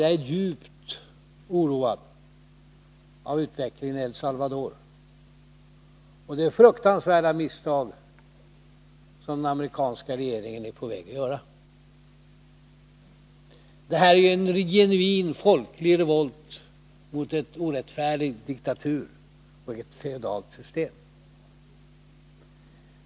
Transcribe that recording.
Jag är djupt oroad av utvecklingen i El Salvador och det fruktansvärda misstag som den amerikanska regeringen är på väg att göra. Det är här fråga om en genuin folklig revolt mot en orättfärdig diktatur och ett feodalt system.